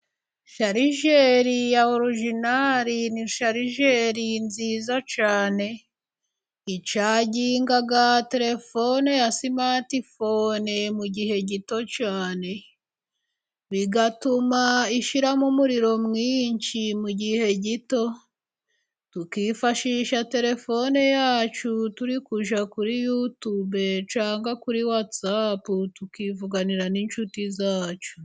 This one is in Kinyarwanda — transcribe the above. Sharijeri ya oroginari ni sharijeri nziza cyane icaginga terefone ya sumatifone mu gihe gito cyane, bigatuma ishyiramo umuriro mwinshi mu gihe gito, tukifashisha terefone yacu turi kujya kuri yutube cyangwa kuri watsapu tukivuganira n'inshuti zacu.